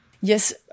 Yes